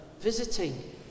visiting